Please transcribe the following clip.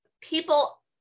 people